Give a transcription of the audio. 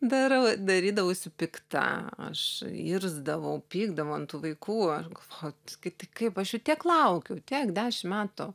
darau darydavausi pikta aš irzdavau pykdavau ant tų vaikų aš galvojau k tai kaip aš jų tiek laukiau tiek dešim metų